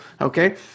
Okay